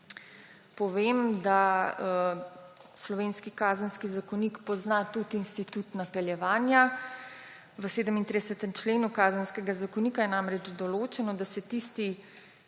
povem, slovenski Kazenski zakonik pozna tudi institut napeljevanja. V 37. členu Kazenskega zakonika je namreč določeno, da se tisti,